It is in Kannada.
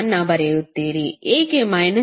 ಅನ್ನು ಬರೆಯುತ್ತೀರಿ ಏಕೆ I2